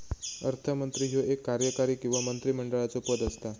अर्थमंत्री ह्यो एक कार्यकारी किंवा मंत्रिमंडळाचो पद असता